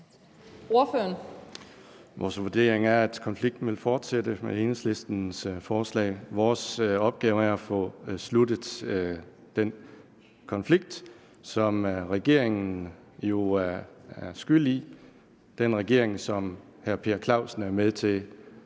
Vores vurdering er, at konflikten vil fortsætte med Enhedslistens forslag. Vores opgave er at få sluttet den konflikt, som regeringen jo er skyld i, den regering, som hr. Per Clausen er medvirkende